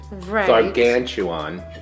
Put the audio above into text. gargantuan